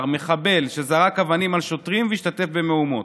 מחבל שזרק אבנים על שוטרים והשתתף במהומות.